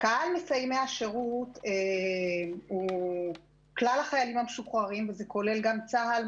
קהל מסיימי השירות הוא כלל החיילים המשוחררים וכולל גם צה"ל,